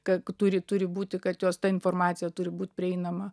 ka turi turi būti kad jos ta informacija turi būt prieinama